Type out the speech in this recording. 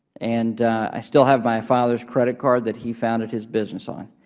and i still have my father's credit card that he founded his business on.